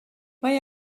mae